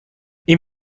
این